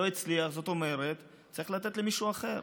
לא הצליח, זאת אומרת, צריך לתת למישהו אחר.